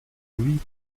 pluie